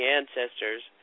ancestors